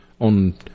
on